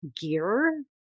gear